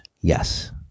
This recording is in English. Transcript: Yes